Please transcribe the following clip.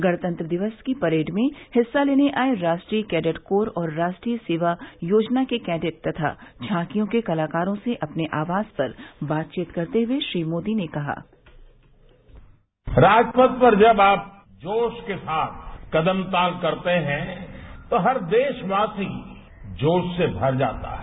गणतंत्र दिवस की परेड में हिस्सा लेने आए राष्ट्रीय कैडेट कोर और राष्ट्रीय सेवा योजना के कैडेट तथा झांकियों के कलाकारों से अपने आवास पर बातचीत करते हुए श्री मोदी ने कहा राजप्थ पर जब आप जोश के साथ कदम ताल करते हैं तो हर देशवासी जोश से भर जाता है